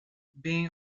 being